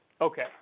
okay